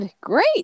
Great